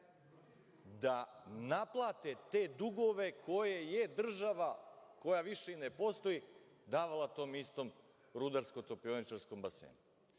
da naplate te dugove koje je država koja više i ne postoji davala tom istom Rudarsko-topioničarskom basenu. Onda